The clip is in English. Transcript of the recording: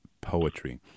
poetry